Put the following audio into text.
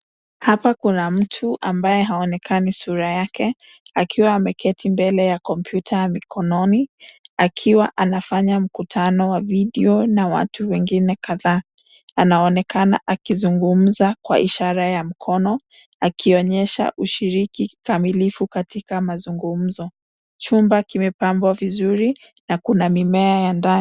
Hapa kuna mtu ambaye haonekaani sura yake akiwa ameketi mbele ya kompyuta mikononi, akiwa anafanya mkutano wa csvideo na watu wengine kadhaa. Anaonekana akizungumza kwa ishara ya mkono akionyesha ushiriki kamilifu katika mazungumzo. Chumba kimepambwa vizuri na kuna mimea.